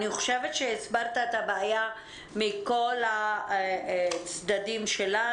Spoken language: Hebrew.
אני חושבת שהסברת את הבעיה מכל הצדדים שלה.